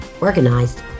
organized